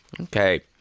Okay